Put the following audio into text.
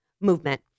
movement